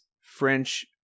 French